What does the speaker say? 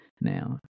Now